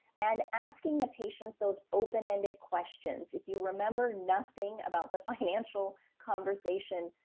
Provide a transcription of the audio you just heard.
and asking the patients, those open-ended questions. if you remember nothing about the financial conversation,